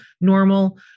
normal